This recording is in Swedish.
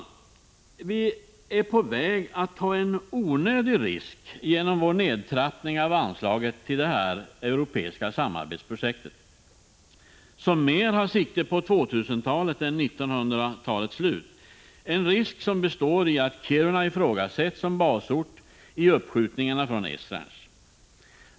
Sverige är på väg att ta en onödig risk genom sin nedtrappning av anslaget till detta europeiska samarbetsprojekt, som mer tar sikte på 2000-talet än på 1900-talets slut. Det är en risk som består i att Kiruna ifrågasätts som basort för uppskjutningarna på Esrange.